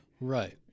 Right